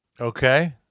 okay